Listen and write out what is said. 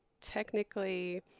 technically